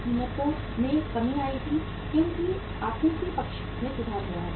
कीमतों में कमी आएगी क्योंकि आपूर्ति पक्ष में सुधार हुआ है